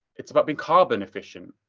it's about being carbon efficient.